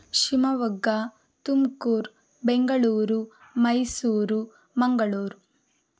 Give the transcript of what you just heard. Shivamogga Tumakuru Bengaluru Mysuru Mangaluru